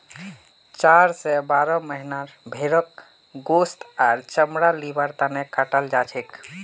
चार स बारह महीनार भेंड़क गोस्त आर चमड़ा लिबार तने कटाल जाछेक